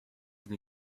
dni